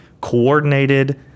coordinated